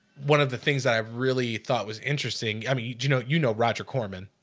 one of the things that i've really thought was interesting. i mean, you know, you know roger corman,